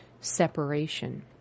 separation